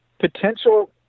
potential –